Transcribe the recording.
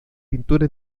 pintura